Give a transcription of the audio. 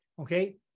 Okay